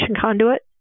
conduit